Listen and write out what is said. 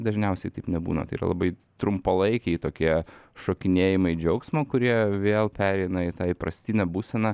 dažniausiai taip nebūna tai yra labai trumpalaikiai tokie šokinėjimai džiaugsmo kurie vėl pereina į tą įprastinę būseną